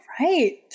right